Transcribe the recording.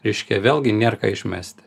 reiškia vėlgi nėr ką išmesti